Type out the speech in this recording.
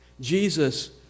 Jesus